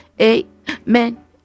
Amen